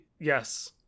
yes